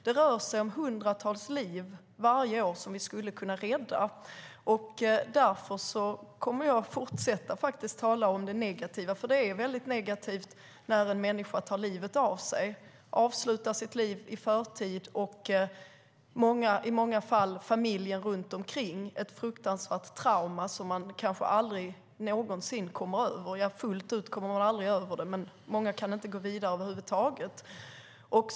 Det rör sig om hundratals liv varje år som skulle kunna räddas. Därför kommer jag att fortsätta att tala om det negativa, för det är väldigt negativt när en människa tar livet av sig och avslutar sitt liv i förtid. Det är ett fruktansvärt trauma för familjen runt omkring som man kanske aldrig någonsin kommer över. Fullt ut kommer man ju aldrig över det, men många kan inte gå vidare över huvud taget.